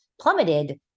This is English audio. plummeted